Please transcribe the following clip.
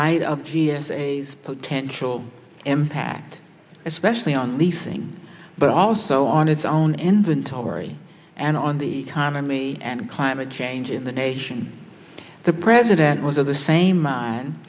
light of g s a potential impact especially on leasing but also on its own inventory and on the economy and climate change in the nation the president was of the same mind